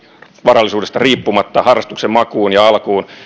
varallisuudesta riippumatta harrastuksen makuun ja alkuun